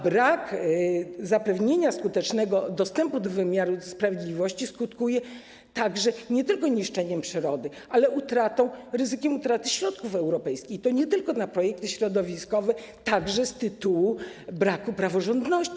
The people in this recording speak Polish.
Brak zapewnienia skutecznego dostępu do wymiaru sprawiedliwości skutkuje nie tylko niszczeniem przyrody, ale i ryzykiem utraty środków europejskich, i to nie tylko na projekty środowiskowe, także z tytułu braku praworządności.